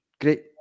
great